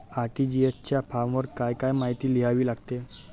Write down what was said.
RTGS च्या फॉर्मवर काय काय माहिती लिहावी लागते?